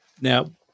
Now